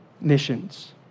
missions